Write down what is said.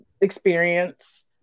experience